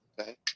okay